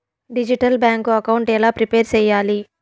Digital bank account ఎలా prepare సెయ్యాలి?